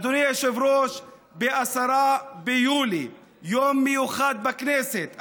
אדוני היושב-ראש, ב-10 ביולי, יום מיוחד בכנסת.